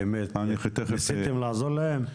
האם ניסיתם באמת לעזור להם?